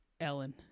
ellen